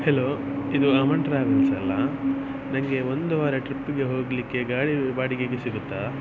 hello ಇದು Raman travels ಅಲ್ವ ನನಗೆ ಒಂದು ವಾರ ಟ್ರಿಪ್ಪಿಗೆ ಹೋಗಲಿಕ್ಕೆ ಗಾಡಿ ಬಾಡಿಗೆಗೆ ಸಿಗುತ್ತಾ